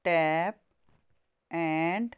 tap and